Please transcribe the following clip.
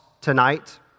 tonight